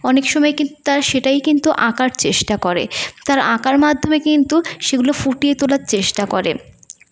অনেক সময় কিন্তু তারা সেটাই কিন্তু আঁকার চেষ্টা করে তার আঁকার মাধ্যমে কিন্তু সেগুলো ফুটিয়ে তোলার চেষ্টা করে